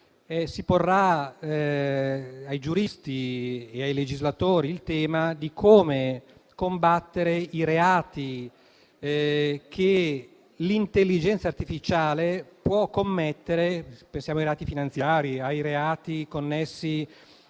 si porrà ai giuristi e ai legislatori il tema di come combattere i reati che l'intelligenza artificiale può commettere. Pensiamo ai reati finanziari o ai reati connessi